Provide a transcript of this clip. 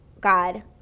God